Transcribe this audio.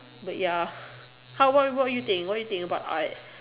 but ya how what what you think what you think about art